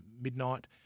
midnight